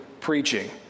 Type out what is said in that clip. preaching